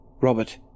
Robert